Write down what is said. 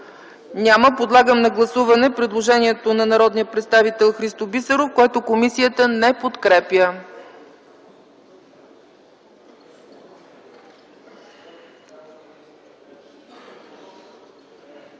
Няма. Подлагам на гласуване предложението на народния представител Христо Бисеров, която комисията не подкрепя.